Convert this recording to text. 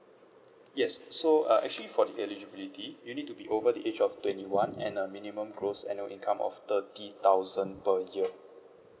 yes so uh actually for the eligibility you need to be over the age of twenty one and a minimum gross annual income of thirty thousand per year